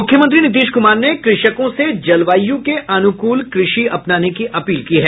मुख्यमंत्री नीतीश कुमार ने कृषकों से जलवायु के अनुकूल कृषि अपनाने की अपील की है